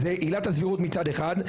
עילת הסבירות מצד אחד,